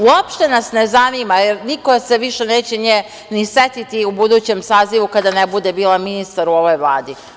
Uopšte nas ne zanima, jer niko se više neće nje ni setiti u budućem sazivu kada ne bude bila ministar u ovoj Vladi.